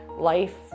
Life